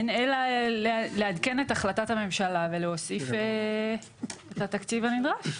צריך לעדכן את החלטת הממשלה ולהוסיף את התקציב הנדרש.